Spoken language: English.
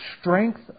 strength